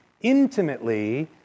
intimately